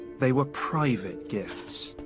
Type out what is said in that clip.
they were private gifts,